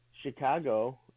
Chicago